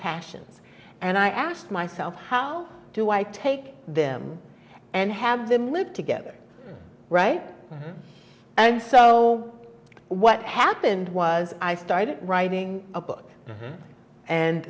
passions and i asked myself how do i take them and have them live together right and so what happened was i started writing a book